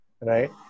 Right